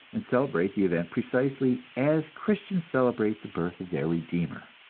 and celebrate the event precisely as christians celebrate the birth of their redeemer.